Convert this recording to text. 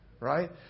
Right